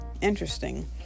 interesting